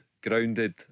grounded